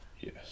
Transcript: yes